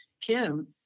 Kim